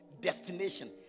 destination